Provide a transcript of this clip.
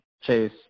Chase